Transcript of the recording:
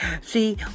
See